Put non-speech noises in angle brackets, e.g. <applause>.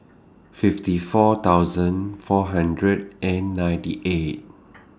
fifty four thousand four hundred and ninety eight <noise>